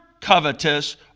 covetous